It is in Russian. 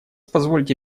позвольте